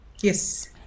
yes